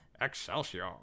Excelsior